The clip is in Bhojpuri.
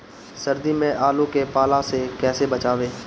सर्दी में आलू के पाला से कैसे बचावें?